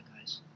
guys